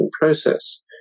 process